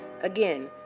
Again